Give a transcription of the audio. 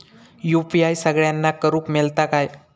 UPI सगळ्यांना करुक मेलता काय?